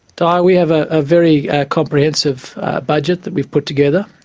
di, we have a ah very comprehensive budget that we've put together.